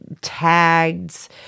Tags